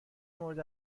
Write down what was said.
مورد